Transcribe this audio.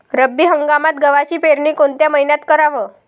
रब्बी हंगामात गव्हाची पेरनी कोनत्या मईन्यात कराव?